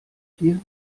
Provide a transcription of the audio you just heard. dir